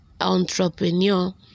entrepreneur